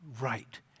right